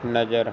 ਨਜਰ